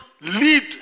lead